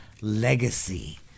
Legacy